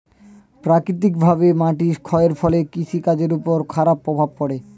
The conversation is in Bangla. প্রাকৃতিকভাবে মাটির ক্ষয়ের ফলে কৃষি কাজের উপর খারাপ প্রভাব পড়ে